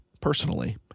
personally